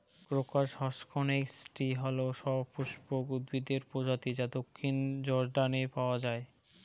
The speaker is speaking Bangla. ক্রোকাস হসকনেইচটি হল সপুষ্পক উদ্ভিদের প্রজাতি যা দক্ষিণ জর্ডানে পাওয়া য়ায়